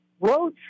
road